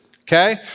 okay